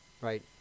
right